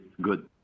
good